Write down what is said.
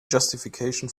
justification